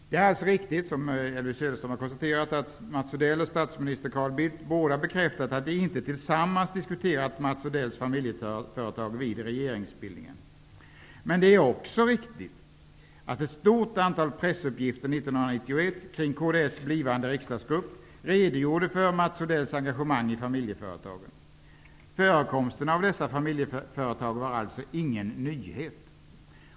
Det är alltså riktigt som Elvy Söderström konstaterade att Mats Odell och statsminister Carl Bildt båda har bekräftat att de vid regeringsbildningen inte tillsammans diskuterade Mats Odells familjeföretag. Men det är också riktigt att ett stort antal pressuppgifter 1991 kring kds blivande riksdagsgrupp redogjorde för Mats Förekomsten av dessa familjeföretag var alltså ingen nyhet.